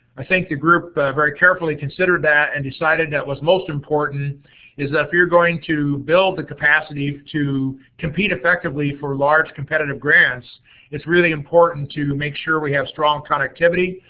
i think the group very carefully considered that and decided that was most important is that if you're going to build the capacity to compete effectively for large, competitive grants it's really important to make sure we have strong conductivity,